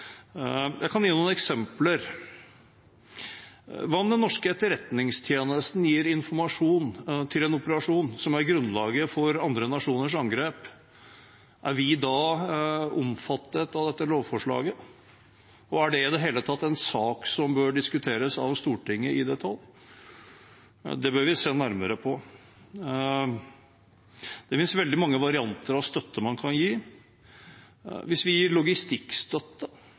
Jeg kan gi noen eksempler. Hva om den norske etterretningstjenesten gir informasjon til en operasjon som er grunnlaget for andre nasjoners angrep? Er det omfattet av dette lovforslaget, og er det i det hele tatt en sak som bør diskuteres av Stortinget i detalj? Det bør vi se nærmere på. Det finnes veldig mange varianter av støtte man kan gi. Hvis vi gir logistikkstøtte